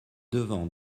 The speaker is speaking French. devant